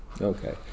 Okay